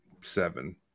seven